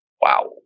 Wow